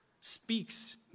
speaks